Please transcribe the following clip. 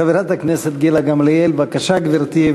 חברת הכנסת גילה גמליאל, בבקשה, גברתי.